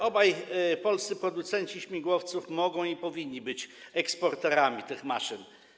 Obaj polscy producenci śmigłowców mogą i powinni być eksporterami tych maszyn.